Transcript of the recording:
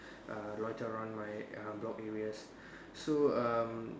err loiter around my err block areas so um